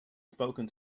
spoken